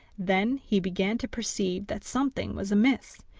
then he began to perceive that something was amiss,